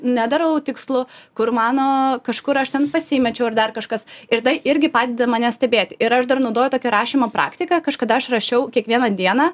nedarau tikslų kur mano kažkur aš ten pasimečiau ar dar kažkas ir tai irgi padeda mane stebėti ir aš dar naudoju tokio rašymo praktiką kažkada aš rašiau kiekvieną dieną